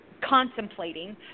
contemplating